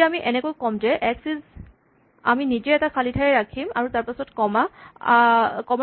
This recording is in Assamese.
এতিয়া আমি এনেকৈ কম যে এক্স ইজ আমি নিজে এটা খালী ঠাই ৰাখিম তাৰপাছত কমা